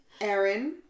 Aaron